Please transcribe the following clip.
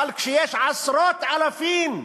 אבל כשיש עשרות אלפים,